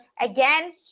again